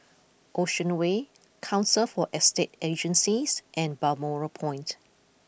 Ocean Way Council for Estate Agencies and Balmoral Point